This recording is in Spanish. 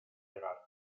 llegar